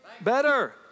Better